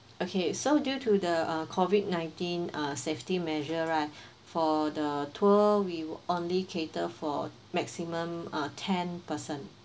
okay so due to the uh COVID nineteen uh safety measure right for the tour we would only cater for maximum uh ten person